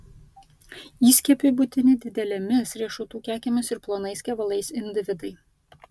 įskiepiui būtini didelėmis riešutų kekėmis ir plonais kevalais individai